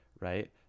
right